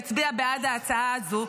יצביע בעד ההצעה הזו,